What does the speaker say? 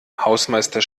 hausmeister